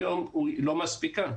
היום היא לא מספיקה.